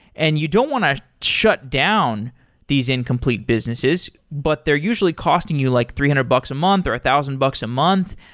and you don't want to shut down these incomplete businesses, but they're usually costing you like three hundred bucks a month or a thousand bucks a month.